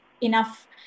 enough